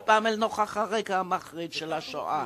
והפעם אל נוכח הרגע המחריד של השואה.